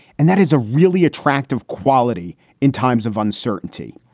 and that is a really attractive quality in times of uncertainty.